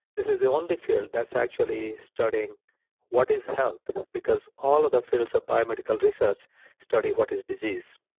this is the only field that's actually studying what is health because all of the fields of biomedical research study what is disease.